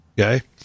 Okay